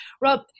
Rob